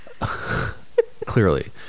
clearly